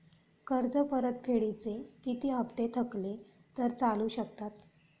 कर्ज परतफेडीचे किती हप्ते थकले तर चालू शकतात?